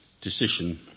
decision